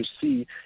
see